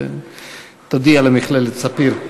תודיע למכללת "פאר"